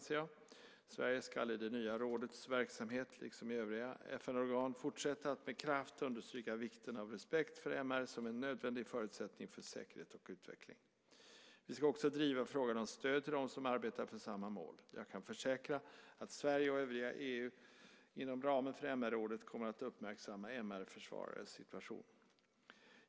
Sverige ska i det nya rådets verksamhet, liksom i övriga FN-organ, fortsätta att med kraft understryka vikten av respekt för MR som en nödvändig förutsättning för säkerhet och utveckling. Vi ska också driva frågan om stöd till dem som arbetar för samma mål. Jag kan försäkra att Sverige och övriga EU inom ramen för MR-rådet kommer att uppmärksamma MR-försvarares situation.